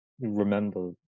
remember